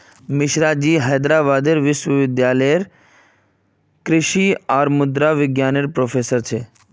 मिश्राजी हैदराबाद विश्वविद्यालय लेरे कृषि और मुद्रा विज्ञान नेर प्रोफ़ेसर छे